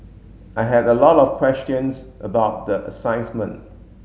I had a lot of questions about the